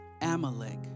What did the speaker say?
Amalek